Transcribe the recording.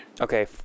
okay